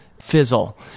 fizzle